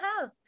house